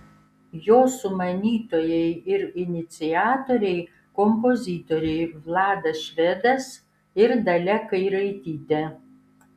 jo sumanytojai ir iniciatoriai kompozitoriai vladas švedas ir dalia kairaitytė